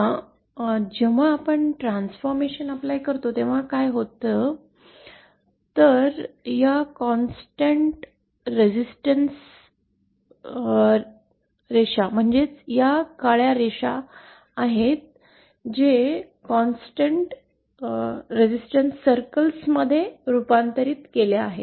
आता जेव्हा आपण हे परिवर्तन लागू करता तेव्हा काय होते या स्थिर प्रतिरोध रेषा म्हणजेच या काळ्या रेषा आहेत ते निरंतर प्रतिकार वर्तुळामध्ये रूपांतरित केल्या आहेत